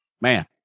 man